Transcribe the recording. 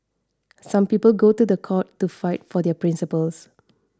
some people go to the court to fight for their principles